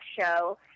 show